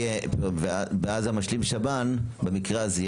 -- ואז משלים שב"ן במקרה הזה,